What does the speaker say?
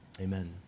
Amen